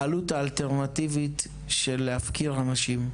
העלות האלטרנטיבית של להפקיר אנשים.